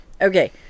okay